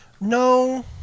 No